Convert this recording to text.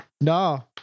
No